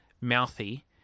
mouthy